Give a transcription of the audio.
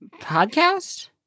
podcast